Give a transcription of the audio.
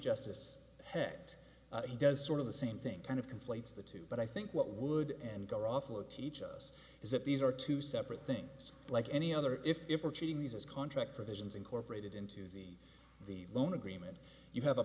justice hecht he does sort of the same thing kind of conflates the two but i think what would and go are awful or teach us is that these are two separate things like any other if if we're cheating these as contract provisions incorporated into the the loan agreement you have a